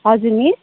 हजुर मिस